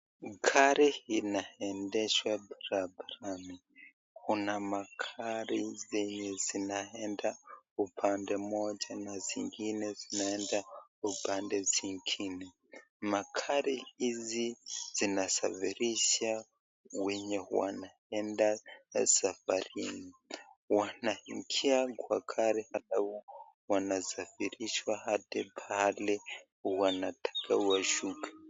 Gari inaendeshwa barabarani, kuna magari zenye zinaenda upande mmoja na zingine, na zingine zinaenda upande mwingine, magari hizi zina safirisha wenye wanaenda safarini, wanaingia kwa gari alafu wanasafirishwa hadi pahali wanataka washuke.